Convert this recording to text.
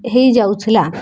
ହେଇଯାଉଥିଲା